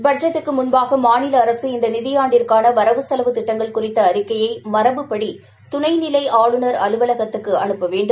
பட்ஜெட்டுக்கு முன்பாக மாநில அரசு இந்த நிதியாண்டிற்கான வரவு கெலவு திட்டங்கள் குறித்த அறிக்கையை மரபுபடி துணை நிலை ஆளுநர் அலுவலகத்துக்கு அனுப்பப்பட வேண்டும்